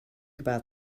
about